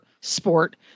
sport